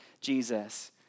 Jesus